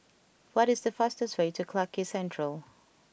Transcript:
what is the fastest way to Clarke Quay Central